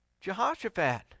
Jehoshaphat